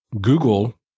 google